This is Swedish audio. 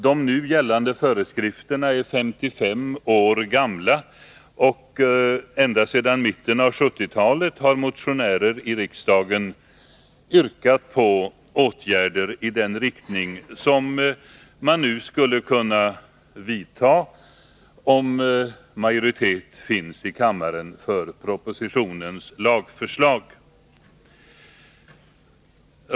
De nu gällande föreskrifterna är 55 år gamla, och ända sedan mitten av 1970-talet har motionärer i riksdagen yrkat på åtgärder i den riktning som man nu skulle kunna vidta, om majoritet finns i kammaren för propositionens lagförslag.